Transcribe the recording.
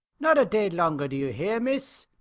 not a day longer, do you hear, miss.